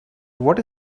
what